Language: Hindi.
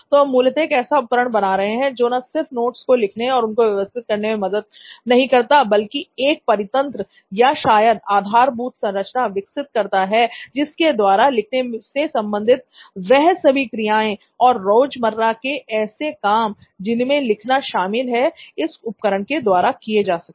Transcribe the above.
तो हम मूलतः एक ऐसा उपकरण बना रहे हैं जो ना सिर्फ नोट्स को लिखने और उनको व्यवस्थित करने में ही मदद नहीं करता बल्कि एक परितंत्र या शायद आधारभूत संरचना विकसित करता है जिसके द्वारा लिखने से संबंधित यह सभी क्रियाएं और रोजमर्रा के ऐसे काम जिनमें लिखना शामिल है इस उपकरण के द्वारा किए जा सकें